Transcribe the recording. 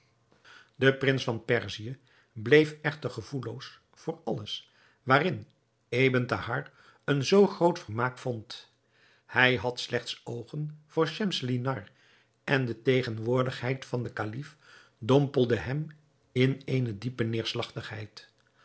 de prins van perzië bleef echter gevoelloos voor alles waarin ebn thahar een zoo groot vermaak vond hij had slechts oogen voor schemselnihar en de tegenwoordigheid van den kalif dompelde hem in eene diepe neêrslagtigheid